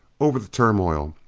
over the turmoil,